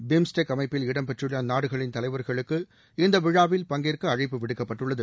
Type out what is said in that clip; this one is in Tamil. பிம்ஸ்டெக் அமைப்பில் இடம் பெற்றுள்ள நாடுகளின் தலைவர் களுக்கு இந்த விழாவில் பங்கேற்க அழைப்பட் விடுக்கப்பட்டுள்ளது